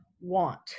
want